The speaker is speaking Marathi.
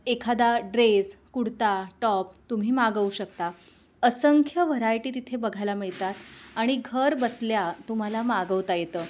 एखादा ड्रेस कुडता टॉप तुम्ही मागवू शकता असंख्य व्हरायटी तिथे बघायला मिळतात आणि घर बसल्या तुम्हाला मागवता येतं